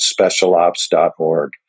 specialops.org